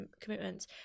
commitments